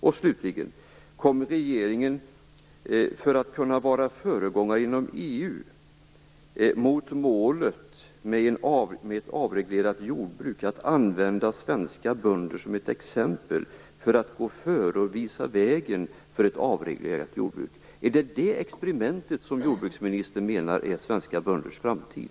Och slutligen: Kommer regeringen, för att kunna vara föregångare inom EU mot målet, ett avreglerat jordbruk, att använda svenska bönder som ett exempel för att gå före och visa vägen för ett avreglerat jordbruk? Är det det experimentet som jordbruksministern menar är svenska bönders framtid?